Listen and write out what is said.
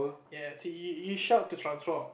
ya see you shout to transform